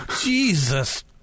Jesus